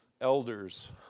elders